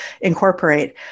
incorporate